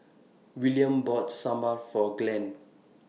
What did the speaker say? Willaim bought Sambar For Glenn